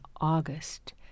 August